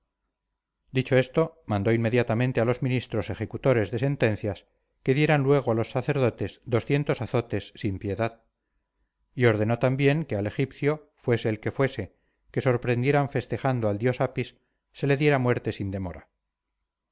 dicho esto mandó inmediatamente a los ministros ejecutores de sentencias que dieran luego a los sacerdotes doscientos azotes sin piedad y ordenó también que al egipcio fuese el que fuese que sorprendieran festejando al dios apis se le diera muerte sin demora